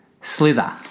Slither